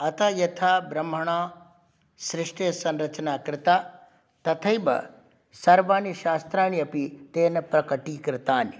अतः यथा ब्रह्मणा सृष्टेः संरचना कृता तथैव सर्वाणि शास्त्राणि अपि तेन प्रकटीकृतानि